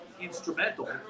instrumental